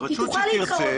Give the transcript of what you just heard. תוכל להתחרות